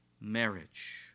marriage